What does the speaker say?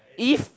if